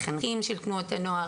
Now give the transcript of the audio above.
אבל בגדול המוקדים הם חיפה,